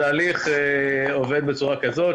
התהליך עובד בצורה כזאת,